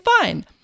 fine